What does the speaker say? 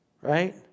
right